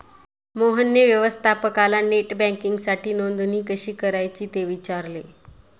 मोहनने व्यवस्थापकाला नेट बँकिंगसाठी नोंदणी कशी करायची ते विचारले